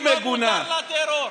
לא מותר לארצות הברית טרור.